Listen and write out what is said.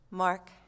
Mark